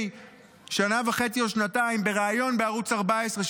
שנה וחצי או שנתיים בריאיון בערוץ 14,